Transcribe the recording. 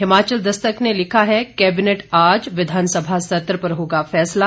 हिमाचल दस्तक ने लिखा है कैबिनेट आज विधानसभा सत्र पर होगा फैसला